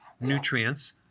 nutrients